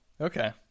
okay